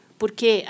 porque